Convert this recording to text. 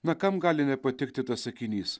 na kam gali nepatikti tas sakinys